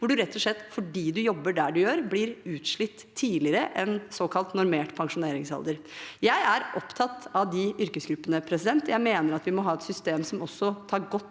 hvor man rett og slett, fordi man jobber der man gjør, blir utslitt tidligere enn såkalt normert pensjoneringsalder. Jeg er opptatt av de yrkesgruppene. Jeg mener vi må ha et system som også tar godt